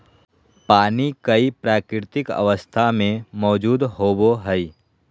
पानी कई प्राकृतिक अवस्था में मौजूद होबो हइ